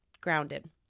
grounded